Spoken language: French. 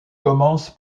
commence